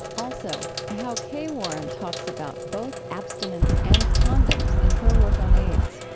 also, how kay warren talks about both abstinence and condoms in her work on aids